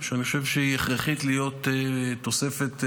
שאני חושב שהכרחי שהיא תהיה תוספת משמעותית,